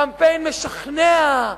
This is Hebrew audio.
קמפיין משכנע,